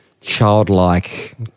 childlike